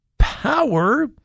power